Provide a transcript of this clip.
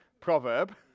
proverb